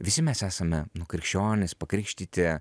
visi mes esame krikščionys pakrikštyti